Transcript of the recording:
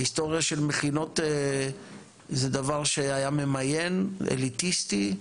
ההיסטוריה של מכינות זה דבר שהיה ממיין, אליטיסטי,